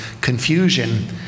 confusion